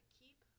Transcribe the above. keep